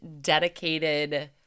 dedicated